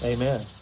Amen